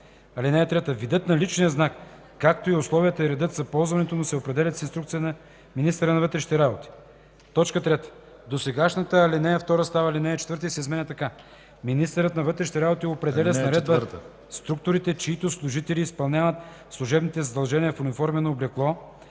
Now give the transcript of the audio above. (3) Видът на личния знак, както и условията и редът за ползването му се определят с инструкция на министъра на вътрешните работи”. 3. Досегашната ал. 2 става ал. 4 и се изменя така: „(4) Министърът на вътрешните работи определя с наредба структурите, чиито служители изпълняват служебните си задължения в униформено облекло, вида на